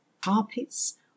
carpets